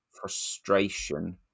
frustration